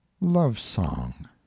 Love-Song